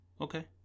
Okay